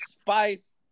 spice